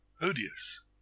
odious